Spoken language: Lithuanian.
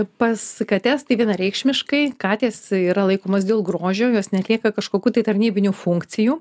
pas kates tai vienareikšmiškai katės yra laikomas dėl grožio jos neatlieka kažkokių tai tarnybinių funkcijų